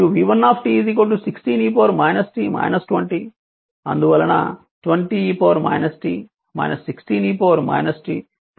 కానీ v 20 e t మరియు v1 16 e t 20 అందువలన 20 e t 16 e t 20